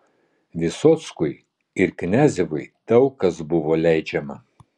vysockui ir kniazevui daug kas buvo leidžiama